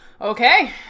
Okay